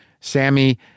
Sammy